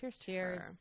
cheers